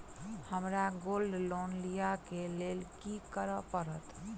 हमरा gold loan लिय केँ लेल की करऽ पड़त?